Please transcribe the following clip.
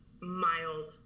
mild